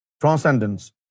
transcendence